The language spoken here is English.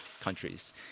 countries